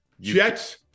Jets